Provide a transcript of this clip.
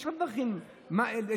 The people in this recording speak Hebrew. יש עוד דרכים להתמודד.